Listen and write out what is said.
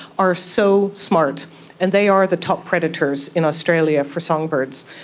are so smart and they are the top predators in australia for songbirds.